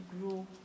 grow